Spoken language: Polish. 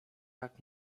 tak